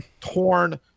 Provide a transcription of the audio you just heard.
torn